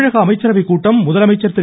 தமிழக அமைச்சரவை கூட்டம் முதலமைச்சர் திரு